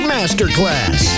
Masterclass